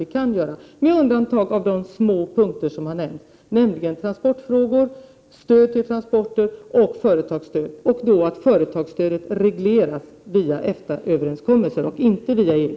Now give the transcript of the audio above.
Vi kan göra detta, med undantag för de små punkter som har nämnts, nämligen transportstödet och företagsstödet, och med undantag för att företagsstödet kommer att regleras via EFTA-överenskommelser, inte via EG.